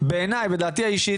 בעיני ולדעתי האישית,